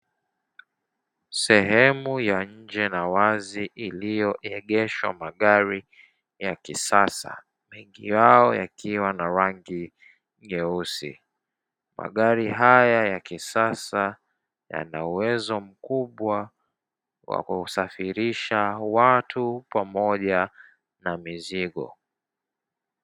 Sehemu ya nje na wazi iliyoegeshwa magari ya kisasa mengi yao, yakiwa na rangi nyeusi magari haya ya kisasa yana uwezo mkubwa wa kusafirisha watu pamoja na mizigo.